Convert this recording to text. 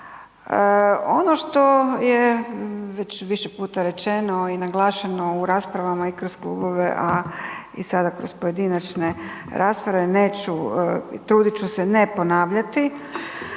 Ono što je već više puta rečeno i naglašeno u raspravama i kroz klubove, a i sada kroz pojedinačne rasprave, neću, trudit ću se ne ponavljati,